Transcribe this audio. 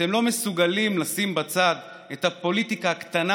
אתם לא מסוגלים לשים בצד את הפוליטיקה הקטנה